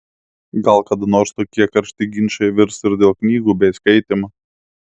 gal kada nors tokie karšti ginčai virs ir dėl knygų bei skaitymo